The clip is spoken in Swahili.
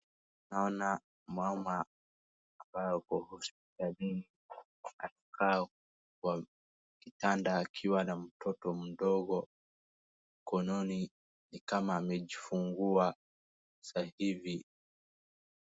Naona mama ambaye ako hospitalini, akikaa kwa kitanda akiwa na mtoto mdogo mkononi, ni kama amejifungua sasa hivi.